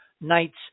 nights